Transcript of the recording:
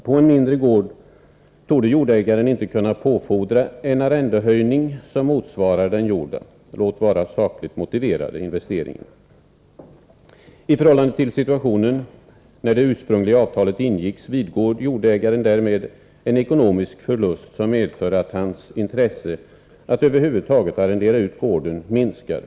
På en mindre gård torde jordägaren inte kunna påfordra en arrendehöjning som motsvarar den gjorda, låt vara sakligt motiverade, investeringen, I förhållande till situationen när det ursprungliga avtalet ingicks vidgår jordägaren därmed en ekonomisk förlust, som medför att hans intresse att över huvud taget arrendera ut gården minskar.